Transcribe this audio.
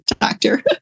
doctor